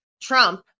Trump